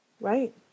Right